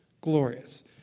glorious